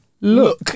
Look